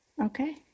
okay